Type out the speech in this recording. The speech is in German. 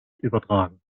übertragen